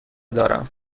دارم